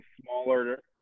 smaller